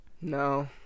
No